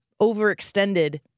overextended